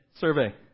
survey